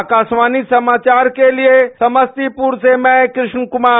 आकाशवाणी समाचार के लिए समस्तीपुर से कृष्ण कुमार